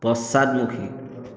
পশ্চাদমুখী